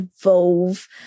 evolve